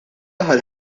aħħar